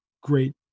great